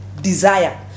desire